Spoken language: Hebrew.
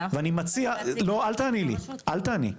ואני מציע --- לא, אל תעני לי, אל תעני.